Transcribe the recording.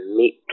meet